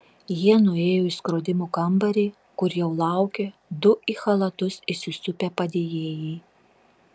jie nuėjo į skrodimų kambarį kur jau laukė du į chalatus įsisupę padėjėjai